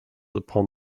upon